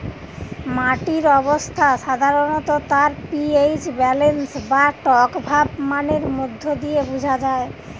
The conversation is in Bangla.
মাটির অবস্থা সাধারণত তার পি.এইচ ব্যালেন্স বা টকভাব মানের মধ্যে দিয়ে বুঝা যায়